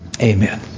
Amen